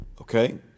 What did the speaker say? Okay